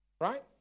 Right